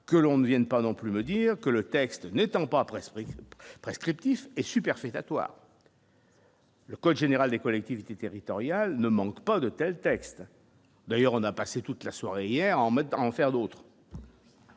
que l'on ne Vienne pas non plus me dire que le texte n'étant pas après, prix prescriptrice et superfétatoire. Le code général des collectivités territoriales ne manque pas de tels textes, d'ailleurs on a passé toute la soirée hier en mettant en faire d'autres.